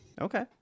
Okay